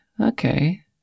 Okay